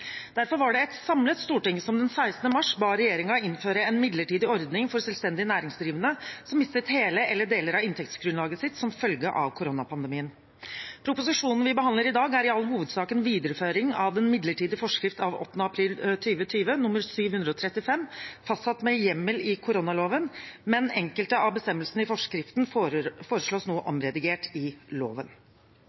Derfor var det et samlet storting som den 16. mars ba regjeringen innføre en midlertidig ordning for selvstendig næringsdrivende som mistet hele eller deler av inntektsgrunnlaget sitt som følge av koronapandemien. Proposisjonen vi behandler i dag, er i all hovedsak en videreføring av den midlertidige forskrift av 8. april 2020 nr. 735, fastsatt med hjemmel i koronaloven, men enkelte av bestemmelsene i forskriften foreslås nå omredigert i loven.